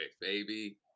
baby